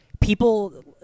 people